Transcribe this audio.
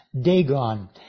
Dagon